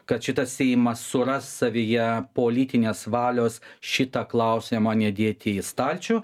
kad šitas seimas suras savyje politinės valios šitą klausimą nedėti į stalčių